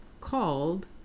called